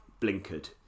blinkered